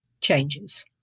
Changes